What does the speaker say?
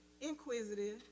inquisitive